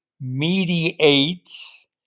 mediates